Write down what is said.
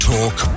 Talk